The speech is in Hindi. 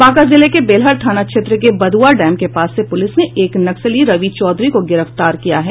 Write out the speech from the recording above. बांका जिले के बेलहर थाना क्षेत्र के बद्आ डैम के पास से पूलिस ने एक नक्सली रवि चौधरी को गिरफ्तार किया है